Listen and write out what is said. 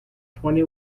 twenty